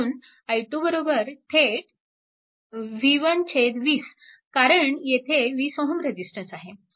म्हणून i 2 थेट v120 कारण येथे 20 Ω रेजिस्टन्स आहे